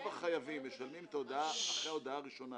החייבים משלמים אחרי ההודעה הראשונה.